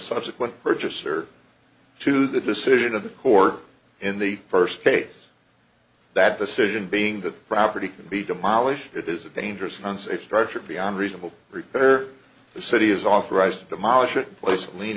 subsequent purchaser to the decision of the court in the first case that decision being that property can be demolished it is a dangerous unsafe structure beyond reasonable repair the city is authorized to demolish it place l